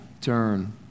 turn